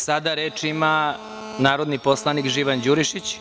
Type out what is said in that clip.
Sada reč ima poslanik Živan Đurišić.